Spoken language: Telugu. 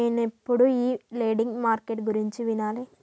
నేనెప్పుడు ఈ లెండింగ్ మార్కెట్టు గురించి వినలే